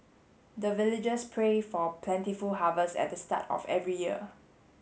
the villagers pray for plentiful harvest at the start of every year